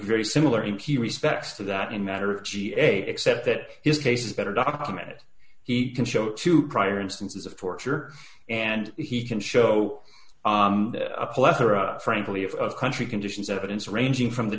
very similar he respects to that in matter of ga except that his case is better documented he can show two prior instances of torture and he can show a plethora frankly of country conditions evidence ranging from the